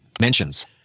Mentions